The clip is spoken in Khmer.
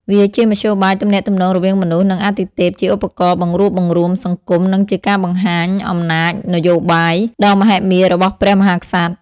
វាជាមធ្យោបាយទំនាក់ទំនងរវាងមនុស្ស និងអាទិទេព ជាឧបករណ៍ បង្រួបបង្រួមសង្គម និងជាការបង្ហាញ អំណាចនយោបាយ ដ៏មហិមារបស់ព្រះមហាក្សត្រ។